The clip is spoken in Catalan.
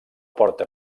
porta